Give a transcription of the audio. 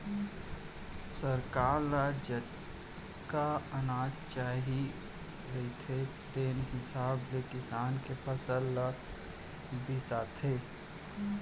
सरकार ल जतका अनाज चाही रहिथे तेन हिसाब ले किसान के फसल ल बिसाथे